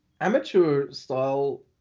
amateur-style